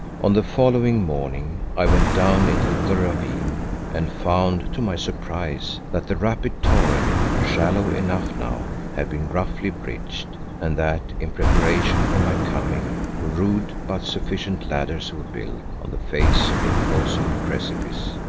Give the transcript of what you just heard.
on the following morning i went down into the ravine and found to my surprise that the rapid torrent shallow enough now had been roughly bridged, and that in preparation for my coming rude but sufficient ladders were built on the face of the opposing precipice.